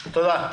תודה.